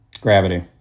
Gravity